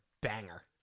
banger